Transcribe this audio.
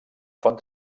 font